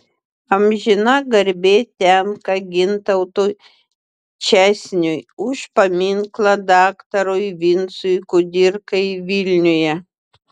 amžina garbė tenka gintautui česniui už paminklą daktarui vincui kudirkai vilniuje